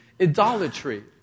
idolatry